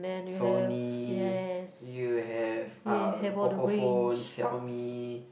Sony you have uh Pocophone Xiao-Mi